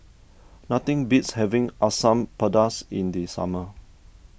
nothing beats having Asam Pedas in the summer